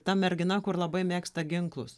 ta mergina kur labai mėgsta ginklus